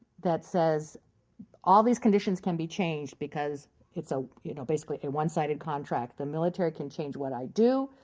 that says all these conditions can be changed because it's ah you know basically a one-sided contract. the military can change what i do.